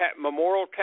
memorial